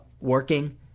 working